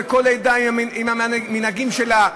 וכל עדה עם המנהגים שלה,